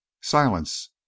Silence